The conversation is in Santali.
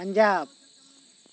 ᱯᱟᱧᱡᱟᱵ